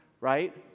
right